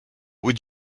would